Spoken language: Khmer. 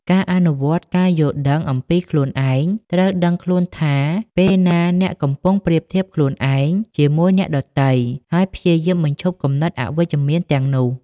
អនុវត្តការយល់ដឹងអំពីខ្លួនឯង ត្រូវដឹងខ្លួនថាពេលណាអ្នកកំពុងប្រៀបធៀបខ្លួនឯងជាមួយអ្នកដទៃ ហើយព្យាយាមបញ្ឈប់គំនិតអវិជ្ជមានទាំងនោះ។